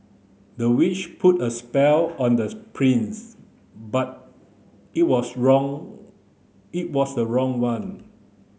the witch put a spell on this prince but it was wrong it was the wrong one